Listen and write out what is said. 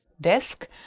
Desk